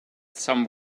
some